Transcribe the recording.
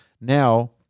now